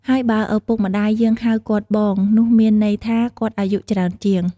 ហើយបើឪពុកម្តាយយើងហៅគាត់ "បង" នោះមានន័យថាគាត់អាយុច្រើនជាង។